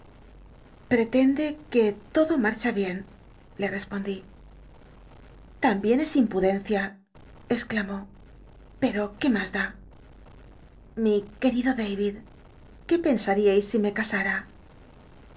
l'tetende que todo mmcltn úie le respondi ambien es impudencia exclamó peto qué mas da lli quel'ido david qué pcnsatiais si me casara